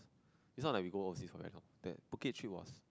this one like we go overseas forever that Phuket trip was